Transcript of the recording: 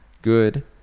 Good